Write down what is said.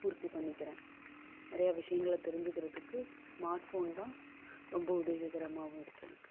பூர்த்தி பண்ணிக்கிறேன் நிறையா விஷயங்கள தெரிஞ்சுக்கிறதுக்கு ஸ்மார்ட் ஃபோன் தான் ரொம்ப உதவிகரம்மாகவும் இருக்குது எனக்கு